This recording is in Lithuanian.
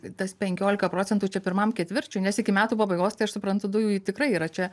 tas penkiolika procentų čia pirmam ketvirčiui nes iki metų pabaigos tai aš suprantu dujų tikrai yra čia